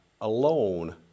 alone